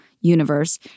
universe